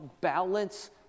balance